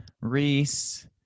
Reese